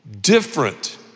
different